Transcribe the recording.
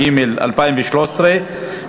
התשע"ג 2013,